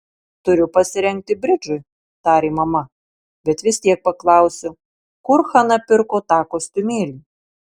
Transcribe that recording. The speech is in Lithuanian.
turiu pasirengti bridžui tarė mama bet vis tiek paklausiu kur hana pirko tą kostiumėlį